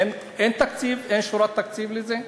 אין תקציב, אין שורת תקציב לזה?